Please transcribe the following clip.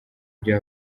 bya